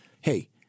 hey